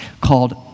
called